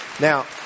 Now